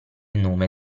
nome